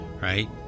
right